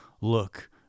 look